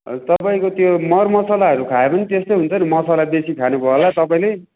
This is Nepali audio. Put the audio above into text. हजुर तपाईँको त्यो मरमसालाहरू खायो भने पनि त्यस्तै हुन्छ नि मसला बेसी खानु भयो होला तपाईँले